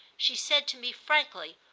she said to me frankly,